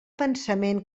pensament